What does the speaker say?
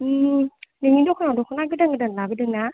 नोंनि दखानाव दखना गोदान गोदान लाबोदों ना